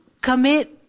commit